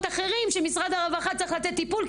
אחרים שמשרד הרווחה צריך לתת בהם טיפול,